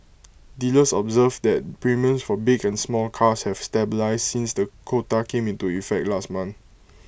dealers observed that premiums for big and small cars have stabilised since the quota came into effect last month